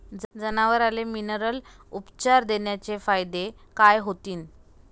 जनावराले मिनरल उपचार देण्याचे फायदे काय होतीन?